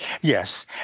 Yes